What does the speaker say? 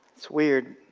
it's weird,